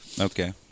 Okay